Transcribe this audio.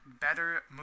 better